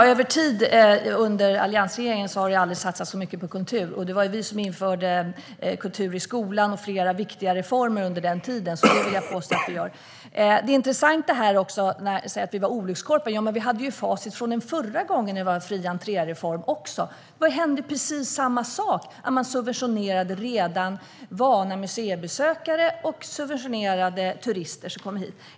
Herr talman! Det har aldrig satsats så mycket på kultur som under alliansregeringen, och det var vi som införde kultur i skolan och flera viktiga reformer under den tiden. Så jag vill påstå att vi satsar. Det är intressant att det sägs att vi var olyckskorpar. Vi hade ju facit från förra gången en fri-entré-reform genomfördes. Då hände precis samma sak: Man subventionerade redan vana museibesökare och turister som kommer hit.